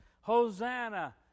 Hosanna